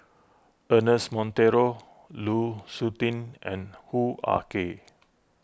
Ernest Monteiro Lu Suitin and Hoo Ah Kay